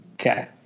Okay